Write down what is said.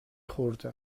خورده